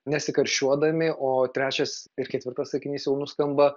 nesikarščiuodami o trečias ir ketvirtas sakinys jau nuskamba